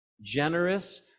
generous